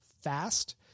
fast